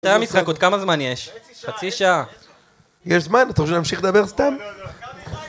מתי המשחק עוד כמה זמן יש? חצי שעה? חצי שעה. יש זמן, אתה רוצה שאנחנו נמשיך לדבר סתם?